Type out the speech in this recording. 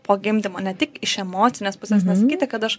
po gimdymo ne tik iš emocinės pusės nesakyti kad aš